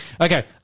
Okay